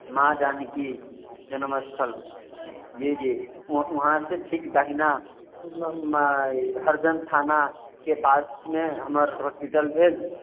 माँ जानकी जन्म स्थल जी जी वहाॅं से ठीक दहिनामे खर्जन थाना के कातमे हमर हॉस्पिटल भेल